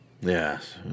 Yes